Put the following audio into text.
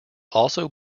also